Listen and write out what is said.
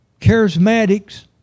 charismatics